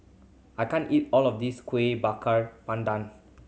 I can't eat all of this Kuih Bakar Pandan